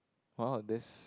!wow! that's